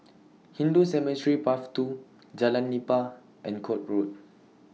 Hindu Cemetery Path two Jalan Nipah and Court Road